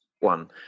one